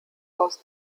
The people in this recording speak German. aus